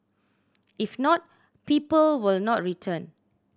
if not people will not return